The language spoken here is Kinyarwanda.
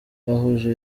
bahuje